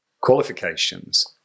qualifications